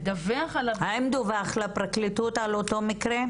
לדווח על --- האם דווח לפרקליטות על אותו מקרה?